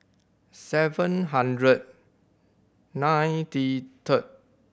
seven hundred ninety third